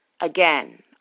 again